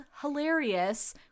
hilarious